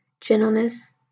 gentleness